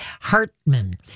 Hartman